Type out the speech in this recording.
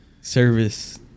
service